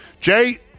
Jay